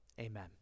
Amen